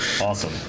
Awesome